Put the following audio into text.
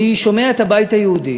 אני שומע את הבית היהודי